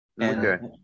okay